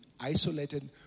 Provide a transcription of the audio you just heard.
isolated